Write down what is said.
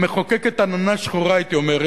המחוקקת עננה שחורה, הייתי אומר.